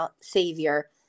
savior